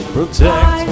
Protect